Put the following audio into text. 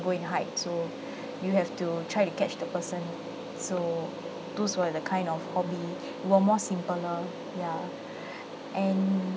go and hide so you have to try to catch the person so those were the kind of hobby we were more simpler ya and